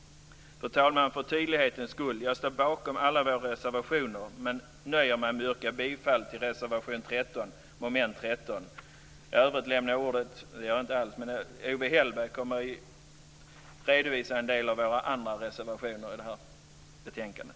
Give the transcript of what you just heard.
För tydlighetens skull vill jag, fru talman, säga att jag står bakom alla våra reservationer men jag nöjer mig med att yrka bifall till reservation 13 under mom. 13. Owe Hellberg kommer att redovisa en del av våra andra reservationer i betänkandet.